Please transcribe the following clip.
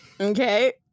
Okay